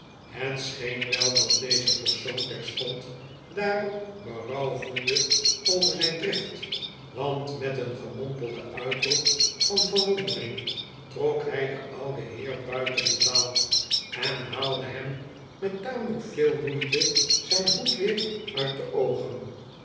het scheen wel dat deze persoon terstond daarop berouw voelde over zijn drift want met een gemompelden uitroep van verwondering trok hij den ouden heer buiten de zaal en haalde hem met tamelijk veel moeite zijn hoed weer uit de oogen